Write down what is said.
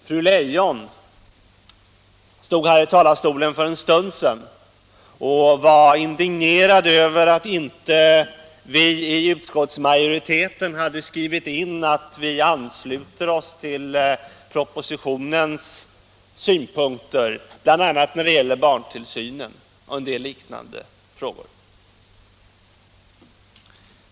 Fru Leijon stod här i talarstolen för en stund sedan och var indignerad över att inte vi i utskottsmajoriteten hade skrivit in i betänkandet att vi ansluter oss till propositionens synpunkter, bl.a. när det gäller barntillsynen och en del liknande frågor.